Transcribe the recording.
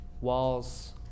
Walls